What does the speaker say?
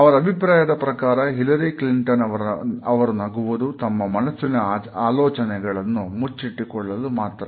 ಅವರ ಅಭಿಪ್ರಾಯದ ಪ್ರಕಾರ ಹಿಲರಿ ಕ್ಲಿಂಟನ್ ಅವರು ನಗುವುದು ತಮ್ಮ ಮನಸ್ಸಿನ ಆಲೋಚನೆಗಳನ್ನು ಮುಚ್ಚಿಟ್ಟುಕೊಳ್ಳಲು ಮಾತ್ರ